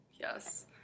yes